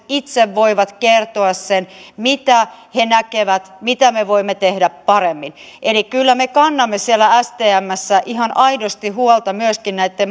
itse voivat kertoa sen mitä he näkevät mitä me voimme tehdä paremmin eli kyllä me kannamme siellä stmssä ihan aidosti huolta myöskin näitten